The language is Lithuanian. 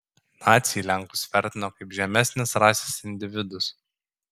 naciai lenkus vertino kaip žemesnės rasės individus